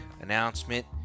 announcement